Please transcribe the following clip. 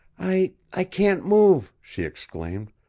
i i can't move, she exclaimed.